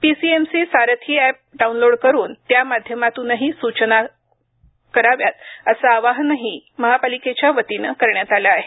PCMC Sarathi app download करून त्या माध्यमातूनही सूचना कराव्यात असं आवाहनही महापालिकेच्या वतीने करण्यात आले आहे